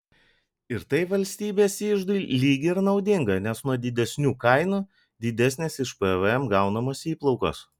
ir tai valstybės iždui lyg ir naudinga nes nuo didesnių kainų didesnės iš pvm gaunamos įplaukos